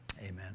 Amen